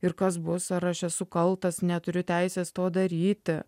ir kas bus ar aš esu kaltas neturiu teisės to daryti